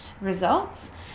results